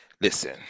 listen